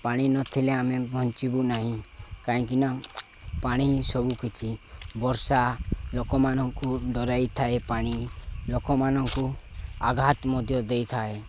ପାଣି ନଥିଲେ ଆମେ ବଞ୍ଚିବୁ ନାହିଁ କାହିଁକିନା ପାଣି ସବୁକିଛି ବର୍ଷା ଲୋକମାନଙ୍କୁ ଡ଼ରାଇଥାଏ ପାଣି ଲୋକମାନଙ୍କୁ ଆଘାତ ମଧ୍ୟ ଦେଇଥାଏ